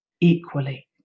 equally